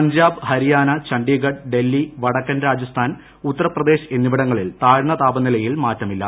പഞ്ചാബ് ഹരിയാന ചണ്ഡിഗഢ് ഡൽഹി വടക്കൻ രാജസ്ഥാൻ ഉത്തർപ്രദേശ് എന്നിവിടങ്ങളിൽ താഴ്ന്ന താപനിലയിൽ മാറ്റമില്ല